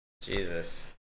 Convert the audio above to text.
Jesus